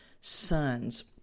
sons